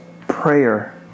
Prayer